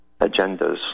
agendas